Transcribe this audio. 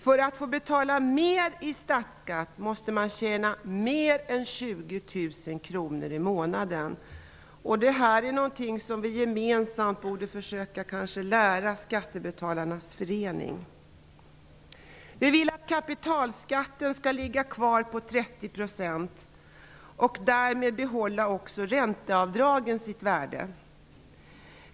För att få betala mer i statsskatt måste man tjäna mer än 20 000 kr i månaden. Det här är någonting som vi gemensamt borde försöka lära Skattebetalarnas förening. Vi vill att kapitalskatten skall ligga kvar på 30 %. Därmed behåller ränteavdragen sitt värde.